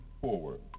forward